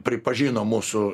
pripažino mūsų